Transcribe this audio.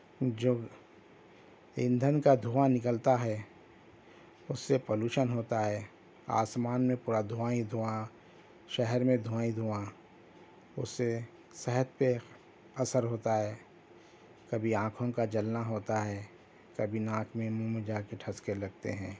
جب ایندھن کا دھواں نکلتا ہے اس سے پولوشن ہوتا ہے آسمان میں پورا دھواں ہی دھواں شہر میں دھواں ہی دھواں اس سے صحت پہ اثر ہوتا ہے کبھی آنکھوں کا جلنا ہوتا ہے کبھی ناک میں مُنہ میں جا کے ٹھسکے لگتے ہیں